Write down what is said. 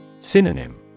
Synonym